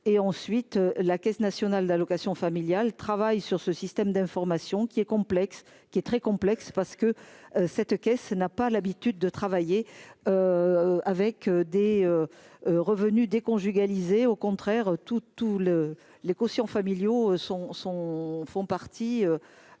et ensuite la Caisse nationale d'allocations familiales travaille sur ce système d'information qui est complexe, qui est très complexe, parce que cette caisse n'a pas l'habitude de travailler avec des revenus déconjugaliser au contraire, tout, tout le les quotients familiaux sont sont